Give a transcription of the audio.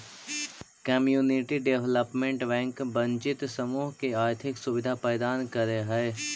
community development bank वंचित समूह के आर्थिक सुविधा प्रदान करऽ हइ